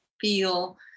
feel